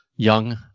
Young